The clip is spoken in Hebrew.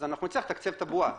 אז נצטרך לתקצב את הבועה,